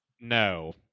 No